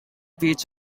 beach